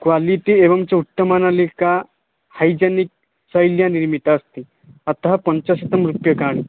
quality एवञ्च उत्तमा नलिका हैजेनिक् शैल्या निर्मिता अस्ति अतः पञ्चशतं रूप्यकाणि